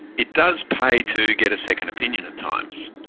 it does pay to get a second opinion at times,